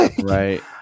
Right